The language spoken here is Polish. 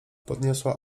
podniosła